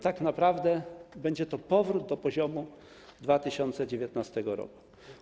Tak naprawdę będzie to powrót do poziomu z 2019 r.